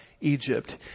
Egypt